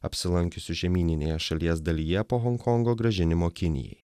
apsilankiusių žemyninėje šalies dalyje po honkongo grąžinimo kinijai